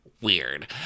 Weird